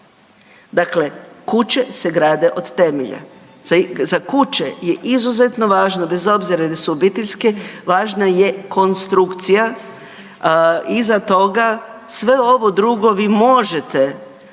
Dakle, kuće se grade od temelja. Za kuće je izuzetno važno, bez obzira jesu li obiteljske, važna je konstrukcija. Iza toga, sve ovo drugo vi možete nekako,